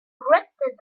rented